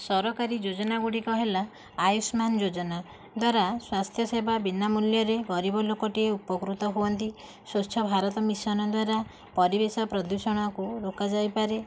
ସରକାରୀ ଯୋଜନା ଗୁଡ଼ିକ ହେଲା ଆୟୁଷ୍ମାନ ଯୋଜନା ଦ୍ୱାରା ସ୍ୱାସ୍ଥ୍ୟ ସେବା ବିନା ମୂଲ୍ୟରେ ଗରିବ ଲୋକଟିଏ ଉପକୃତ ହୁଅନ୍ତି ସ୍ଵଚ୍ଛ ଭାରତ ମିଶନ ଦ୍ୱାରା ପରିବେଶ ପ୍ରଦୂଷଣକୁ ରୋକା ଯାଇପାରେ